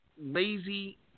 lazy